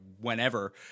whenever